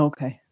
Okay